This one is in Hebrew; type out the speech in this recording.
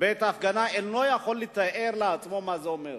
בעת הפגנה אינו יכול לתאר לעצמו מה זה אומר.